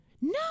No